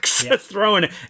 throwing